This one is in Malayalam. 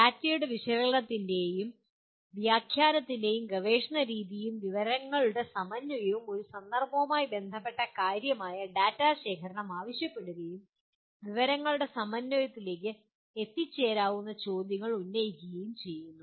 ഡാറ്റയുടെ വിശകലനത്തിന്റെയും വ്യാഖ്യാനത്തിന്റെയും ഗവേഷണ രീതിയും വിവരങ്ങളുടെ സമന്വയവും ഒരു സന്ദർഭവുമായി ബന്ധപ്പെട്ട കാര്യമായ ഡാറ്റ ശേഖരണം ആവശ്യപ്പെടുകയും വിവരങ്ങളുടെ സമന്വയത്തിലേക്ക് നയിച്ചേക്കാവുന്ന ചോദ്യങ്ങൾ ഉന്നയിക്കുകയും ചെയ്യുന്നു